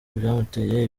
byamuteye